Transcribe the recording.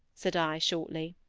said i, shortly.